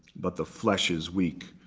but the flesh is weak.